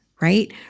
right